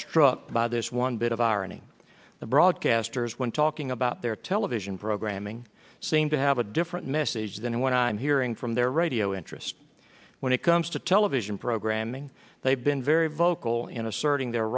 struck by this one bit of irony the broadcasters when talking about their television programming seem to have a different message than when i'm hearing from their radio interest when it comes to television programming they've been very vocal in asserting their